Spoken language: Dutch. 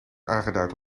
aangeduid